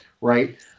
right